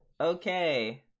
Okay